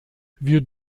wir